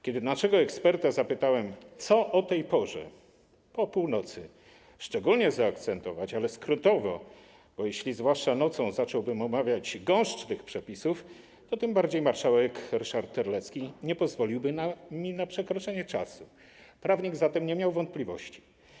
Kiedy naszego eksperta zapytałem, co o tej porze, o północy, szczególnie zaakcentować, ale skrótowo, bo jeśli, zwłaszcza nocą, zacząłbym omawiać gąszcz tych przepisów, to tym bardziej marszałek Ryszard Terlecki nie pozwoliłby mi na przekroczenie czasu, prawnik nie miał wątpliwości.